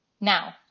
now